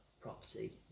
property